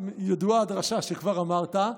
ידועה הדרשה שכבר אמרת,